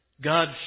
God